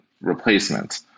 replacement